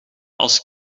als